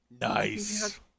Nice